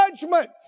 judgment